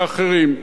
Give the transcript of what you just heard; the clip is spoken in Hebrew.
ואחרים,